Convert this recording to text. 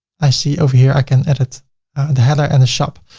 i see over here, i can edit the header and the shop.